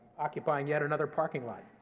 occupying yet another parking lot.